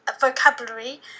vocabulary